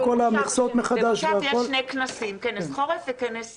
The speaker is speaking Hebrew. במושב יש שני כנסים: כנס חורף וכנס קיץ.